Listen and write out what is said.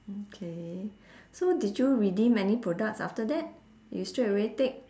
okay so did you redeem any products after that you straightaway take